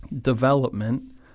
development